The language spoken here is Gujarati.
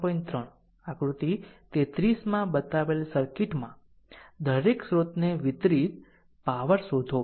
3 આકૃતિ r 33 માં બતાવેલ સર્કિટમાં દરેક સ્ત્રોતને વિતરિત પાવર શોધો